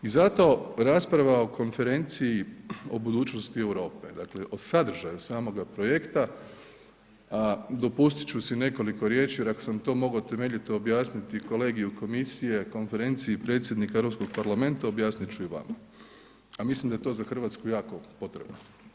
I zato rasprava o Konferenciji o budućnosti Europe, dakle o sadržaju samoga projekta, a dopustit ću si nekoliko riječi jer ako sam to mogao temeljito objasniti kolegi u Komisiji, Konferenciji predsjednika Europskog parlamenta objasnit ću i vama, a mislim da je to za Hrvatsku jako potrebno.